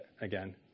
again